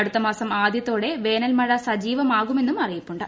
അടുത്ത മാസം ആദ്യത്തോടെ വേനൽമഴ സജീവമാകുമെന്നും അറിയിപ്പുണ്ട്